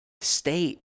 state